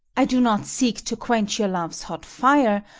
i do not seek to quench your love's hot fire,